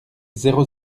zéro